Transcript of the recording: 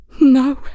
No